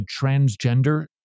transgender